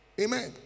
Amen